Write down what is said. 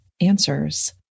answers